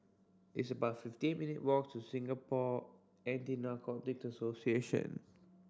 it's about fifty minute walk to Singapore Anti Narcotics Association